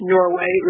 Norway